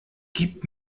gib